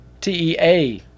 T-E-A